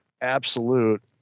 absolute